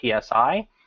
PSI